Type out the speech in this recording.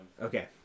okay